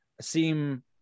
seem